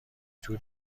تور